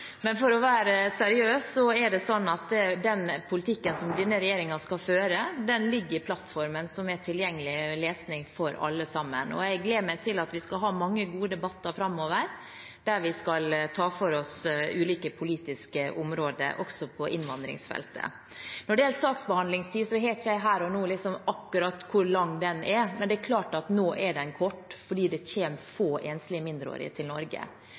For å være seriøs: Den politikken som denne regjeringen skal føre, ligger i plattformen som er tilgjengelig lesning for alle sammen. Jeg gleder meg til mange gode debatter framover der vi skal ta for oss ulike politiske områder, også på innvandringsfeltet. Når det gjelder saksbehandlingstid, kan jeg ikke her og nå si akkurat hvor lang den er, men det er klart at nå er den kort fordi det kommer få enslige mindreårige til Norge.